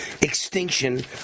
extinction